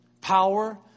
power